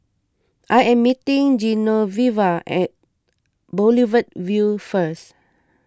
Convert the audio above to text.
I am meeting Genoveva at Boulevard Vue first